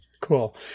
Cool